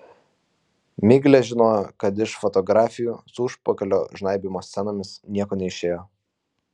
miglė žinojo kad iš fotografijų su užpakalio žnaibymo scenomis nieko neišėjo